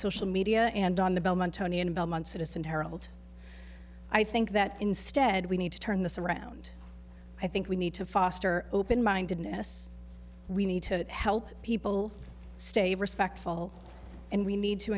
media and on the belmont tony in belmont citizen harold i think that instead we need to turn this around i think we need to foster open mindedness we need to help people stay respectful and we need to